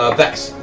ah vex.